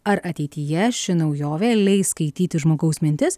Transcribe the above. ar ateityje ši naujovė leis skaityti žmogaus mintis